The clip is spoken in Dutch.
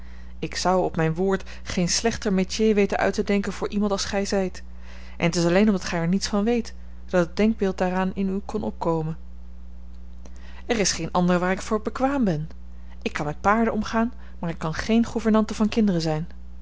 ik zou op mijn woord geen slechter métier weten uit te denken voor iemand als gij zijt en t is alleen omdat gij er niets van weet dat het denkbeeld daaraan in u kon opkomen er is geen ander waar ik voor bekwaam ben ik kan met paarden omgaan maar ik kan geene gouvernante van kinderen zijn